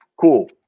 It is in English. cool